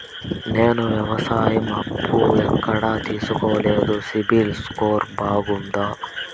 నేను వ్యవసాయం అప్పు ఎక్కడ తీసుకోలేదు, సిబిల్ స్కోరు బాగుందా?